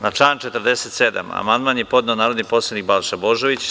Na član 47. amandman je podneo narodni poslanik Balša Božović.